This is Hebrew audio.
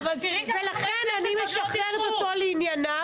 ולכן אני משחררת אותו לענייניו.